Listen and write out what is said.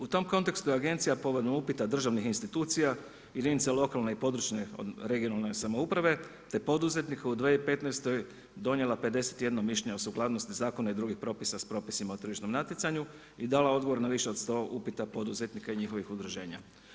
U tom kontekstu je agencija povodom upita državnih institucija, jedinica lokalne i područne (regionalne) samouprave te poduzetnika u 2015. donijela 51 mišljenje o sukladnosti zakona i drugih propisa sa propisima o tržišnom natjecanju i dala odgovor na više od 100 upita poduzetnika i njihovih udruženja.